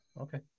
Okay